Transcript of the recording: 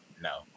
no